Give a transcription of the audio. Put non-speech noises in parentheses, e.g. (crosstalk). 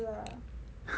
(laughs)